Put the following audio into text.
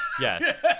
Yes